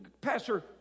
Pastor